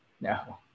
no